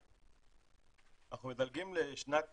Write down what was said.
אנחנו מדלגים לשנת